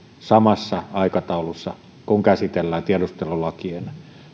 samassa aikataulussa kuin käsitellään tiedustelulakien